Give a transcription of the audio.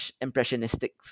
impressionistic